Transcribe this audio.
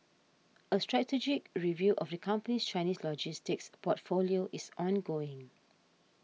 a strategic review of the company's Chinese logistics portfolio is ongoing